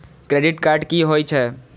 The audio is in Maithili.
क्रेडिट कार्ड की होई छै?